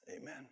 Amen